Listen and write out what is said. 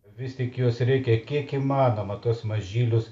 vis tik juos reikia kiek įmanoma tuos mažylius